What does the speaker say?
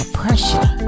pressure